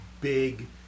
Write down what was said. big